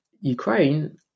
Ukraine